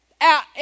out